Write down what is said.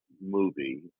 movie